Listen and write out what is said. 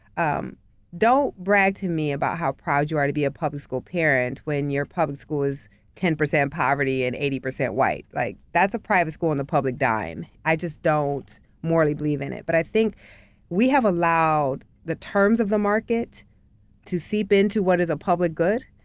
um don't brag to me about how proud you are to be a public school parent, when your public school is ten percent poverty and eighty percent white. like that's a private school on the public dime. i just don't morally believe in it. but i i think we have allowed the terms of the market to seep into what is a public good.